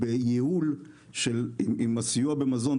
בייעול עם הסיוע במזון.